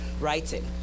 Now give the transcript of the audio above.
writing